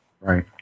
Right